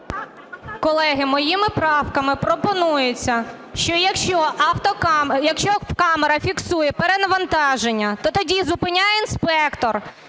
Колеги, моїми правками пропонується, що якщо камера фіксує перенавантаження, то тоді зупиняє інспектор,